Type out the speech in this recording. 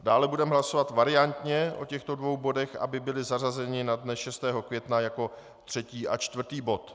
Dále budeme hlasovat variantně o těchto dvou bodech, aby byly zařazeny na dne 6. května jako třetí a čtvrtý bod.